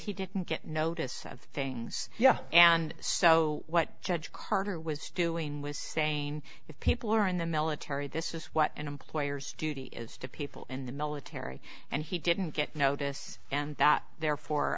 things yeah and so what judge carter was doing was saying if people are in the military this is what an employer's duty is to people in the military and he didn't get notice and that therefore